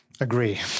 Agree